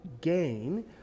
gain